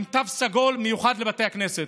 עם תו סגול מיוחד לבתי הכנסת.